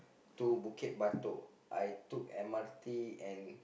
to Bukit-Batok I took M_R_T and